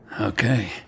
Okay